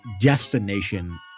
destination